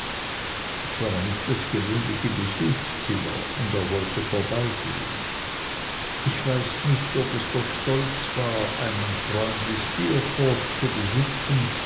es war nicht das gewöhnliche besuchszimmer und er wollte vorbeigehen ich weiß nicht ob es der stolz war einen freund wie steerforth zu besitzen